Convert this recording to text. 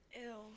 Ew